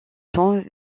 temps